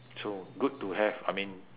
so good to have I mean